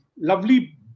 lovely